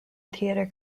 theatre